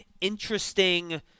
interesting